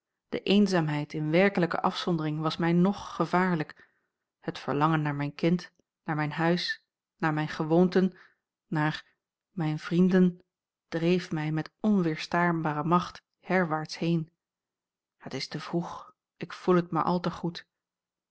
de eenzaamheid in werkelijke afzondering was mij ng gevaarlijk het verlangen naar mijn kind naar mijn huis naar mijne gewoonten naar mijne vrienden dreef mij met onweerstaanbare macht herwaarts heen het is te vroeg ik voel het maar al te goed